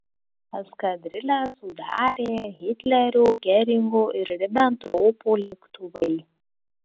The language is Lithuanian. eskadrilę sudarė hitlerio geringo ir ribentropo lėktuvai